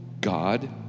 God